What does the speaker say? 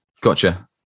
gotcha